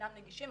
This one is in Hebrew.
שאינם נגישים.